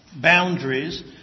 boundaries